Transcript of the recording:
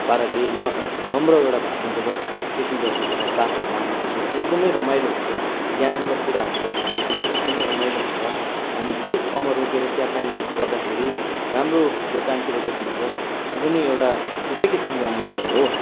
पाराले नम्र एउटा भावमा जब पेसेन्जरसँग तपाईँहरू बातहरू मार्नु हुन्छ एकदमै रमाइलो हुन्छ ज्ञानमूलक कुराहरू गर्नु हुन्छ त्यो पनि एकदमै रमाइलो हुन्छ अनि ठिक ठाउँमा रोकेर चियापानी गर्दाखेरि राम्रो दोकानतिर रोक्नु हुन्छ त्यो पनि एउटा छुट्टै किसिमको आनन्द हो